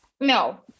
no